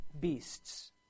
beasts